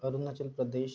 Arunachal Pradesh